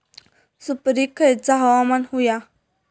सुपरिक खयचा हवामान होया?